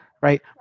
Right